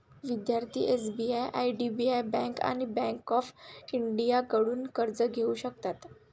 विद्यार्थी SBI IDBI bank आणि bank of इंडियाकडून कर्ज घेऊ शकतात